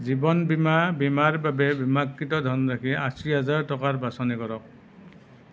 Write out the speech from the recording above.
জীৱন বীমা বীমাৰ বাবে বীমাকৃত ধনৰাশি আশী হেজাৰ টকা বাছনি কৰক